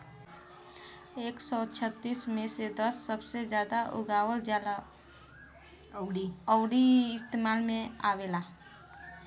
एक सौ छत्तीस मे से दस सबसे जादा उगावल जाला अउरी इस्तेमाल मे आवेला